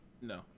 No